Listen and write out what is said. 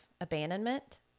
abandonment